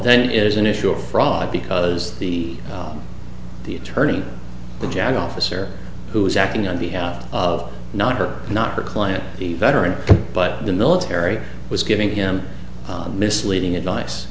then is an issue of fraud because the the attorney the jag officer who is acting on behalf of not her not her client the veteran but the military was giving him misleading advice